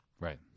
Right